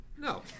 No